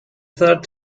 third